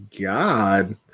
God